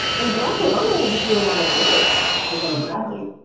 and barack obama had to do a lot of work as they were. exactly.